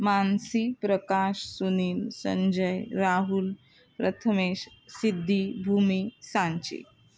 Mansi Prakash Sunil Sanjay Rahul Prathamesh Siddhi Bhumi Sanchi